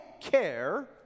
care